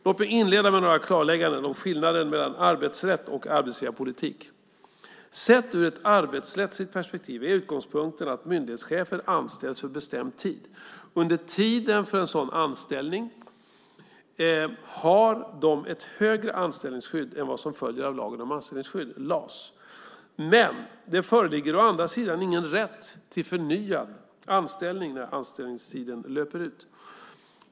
Låt mig inleda med några klarlägganden om skillnaden mellan arbetsrätt och arbetsgivarpolitik. Sett ur ett arbetsrättsligt perspektiv är utgångspunkten att myndighetschefer anställs för bestämd tid. Under tiden för en sådan anställning har de ett högre anställningsskydd än vad som följer av lagen om anställningsskydd, LAS. Å andra sidan föreligger ingen rätt till förnyad anställning när anställningstiden löper ut.